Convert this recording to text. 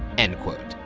end quote.